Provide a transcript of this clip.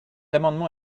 amendement